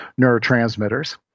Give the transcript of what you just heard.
neurotransmitters